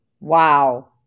Wow